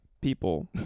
people